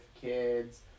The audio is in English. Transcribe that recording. kids